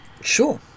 Sure